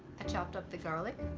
i chopped up the garlic,